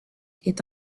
est